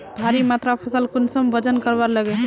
भारी मात्रा फसल कुंसम वजन करवार लगे?